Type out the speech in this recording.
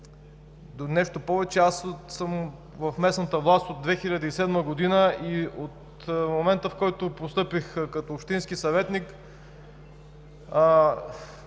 Нещо повече, аз съм в местната власт от 2007 г. и от момента, в който постъпих като общински съветник,